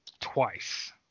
twice